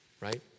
right